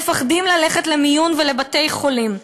מפחדים ללכת למיון ולבתי-חולים,